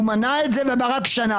- הוא מנע את זה ואמר רק שנה.